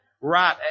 right